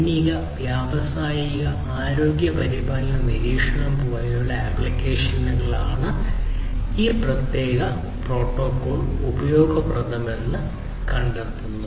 സൈനിക വ്യാവസായിക ആരോഗ്യ പരിപാലന നിരീക്ഷണം പോലുള്ള ആപ്ലിക്കേഷനാണ് ഈ പ്രത്യേക പ്രോട്ടോക്കോൾ ഉപയോഗപ്രദമെന്ന് കണ്ടെത്തുന്നത്